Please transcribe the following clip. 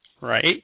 Right